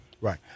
right